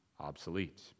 obsolete